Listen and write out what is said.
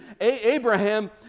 Abraham